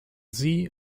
sie